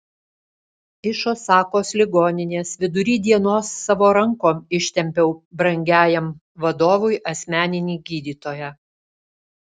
iš osakos ligoninės vidury dienos savo rankom ištempiau brangiajam vadovui asmeninį gydytoją